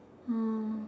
oh